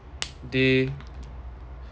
they